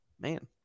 Man